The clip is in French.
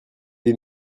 des